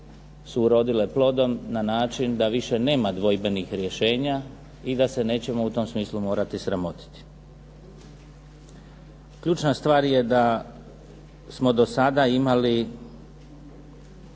su urodile plodom na način da više nema dvojbenih rješenja i da se nećemo u tom smislu morati sramotiti. Ključna stvar je da smo do sada imali